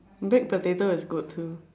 baked potato is good too